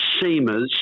seamers